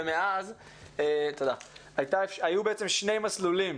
ומאז היו שני מסלולים